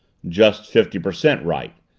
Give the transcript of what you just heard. just fifty per cent right,